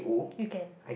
you can